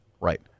right